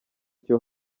cyo